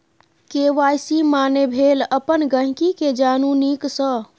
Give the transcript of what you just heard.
KYC माने भेल अपन गांहिकी केँ जानु नीक सँ